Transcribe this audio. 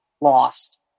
Lost